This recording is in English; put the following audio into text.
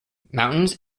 mountains